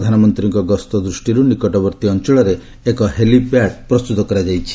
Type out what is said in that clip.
ପ୍ରଧାନମନ୍ତ୍ରୀଙ୍କ ଗସ୍ତ ଦୃଷ୍ଟିରୁ ନିକଟବର୍ତ୍ତୀ ଅଞ୍ଚଳରେ ଏକ ହେଲିପ୍ୟାଡ୍ ପ୍ରସ୍ତୁତ କରାଯାଇଛି